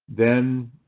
then,